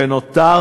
ונותר